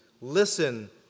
Listen